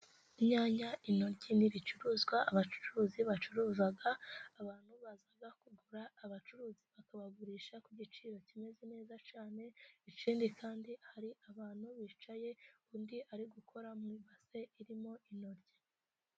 Inyanya, intoryi ni ibicuruzwa abacuruzi bacuruza, abantu baza kugura, abacuruzi bakabagurisha ku giciro kimeze neza cyane, ikindi kandi hari abantu bicaye, undi ari gukora mu ibase irimo intoryi.